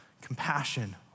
compassion